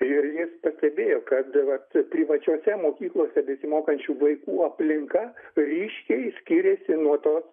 ir jis pastebėjo kad vat privačiose mokyklose besimokančių vaikų aplinka ryškiai skiriasi nuo tos